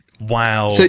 wow